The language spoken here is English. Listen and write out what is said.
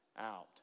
out